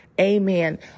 Amen